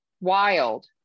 wild